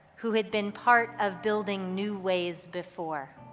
who had been part of building new ways before.